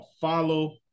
follow